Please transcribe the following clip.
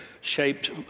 shaped